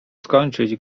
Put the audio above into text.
skończyć